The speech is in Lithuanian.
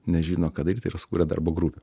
nežino ką daryt tai yra sukūrė darbo grupę